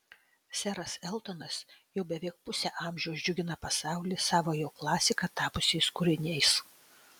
seras eltonas jau beveik pusę amžiaus džiugina pasaulį savo jau klasika tapusiais kūriniais